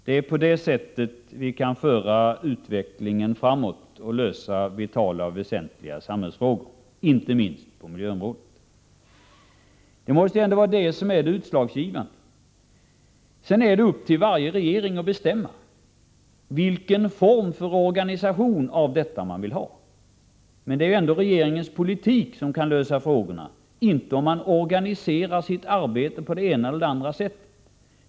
Det är på det sättet vi kan föra utvecklingen framåt och lösa vitala och väsentliga samhällsfrågor, inte minst på miljöområdet. Det måste ändå vara det som är utslagsgivande. Sedan ankommer det på varje regering att bestämma vilken form för organisation av arbetet den vill ha. Det är ändå regeringens politik som kan lösa frågorna, inte om den organiserar sitt arbete på det ena eller andra sättet.